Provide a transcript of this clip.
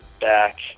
back